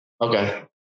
Okay